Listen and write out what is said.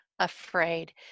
afraid